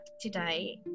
today